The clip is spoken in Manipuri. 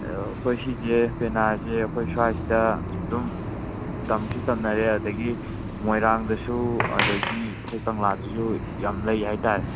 ꯑꯗꯣ ꯑꯩꯈꯣꯏ ꯁꯤꯁꯦ ꯄꯦꯅꯥꯁꯦ ꯑꯩꯈꯣꯏ ꯁ꯭ꯋꯥꯏꯁꯤꯗ ꯑꯗꯨꯝ ꯇꯝꯁꯨ ꯇꯝꯅꯔꯦ ꯑꯗꯒꯤ ꯃꯣꯏꯔꯥꯡꯗꯁꯨ ꯑꯗꯒꯤ ꯑꯩꯈꯣꯏ ꯀꯪꯂꯥꯗꯁꯨ ꯌꯥꯝ ꯂꯩ ꯍꯥꯏꯇꯥꯔꯦ